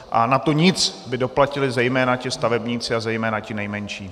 A na to nic by doplatili zejména ti stavebníci a zejména ti nejmenší.